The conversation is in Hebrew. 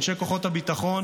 אנשי כוחות הביטחון,